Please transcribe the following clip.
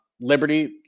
Liberty